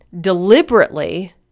deliberately